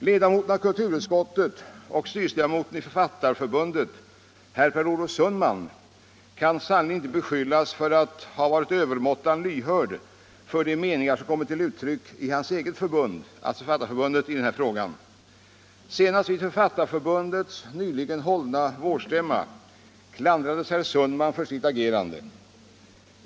Ledamoten av kulturutskottet och styrelseledamoten i Författarförbundet herr Per Olof Sundman kan sannerligen inte beskyllas för att ha varit över måttan lyhörd för de meningar som kommit till uttryck i hans eget förbund i den här frågan. Senast vid Författarförbundets nyligen hållna vårstämma klandrades herr Sundman för sitt agerande.